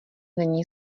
není